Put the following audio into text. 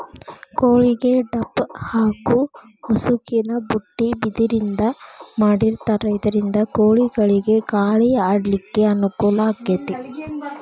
ಕೋಳಿಗೆ ಡಬ್ಬ ಹಾಕು ಮುಸುಕಿನ ಬುಟ್ಟಿ ಬಿದಿರಿಂದ ಮಾಡಿರ್ತಾರ ಇದರಿಂದ ಕೋಳಿಗಳಿಗ ಗಾಳಿ ಆಡ್ಲಿಕ್ಕೆ ಅನುಕೂಲ ಆಕ್ಕೆತಿ